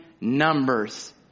numbers